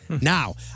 now